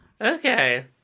Okay